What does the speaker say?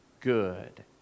good